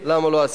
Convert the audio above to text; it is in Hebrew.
הוא לא יכול.